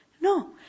No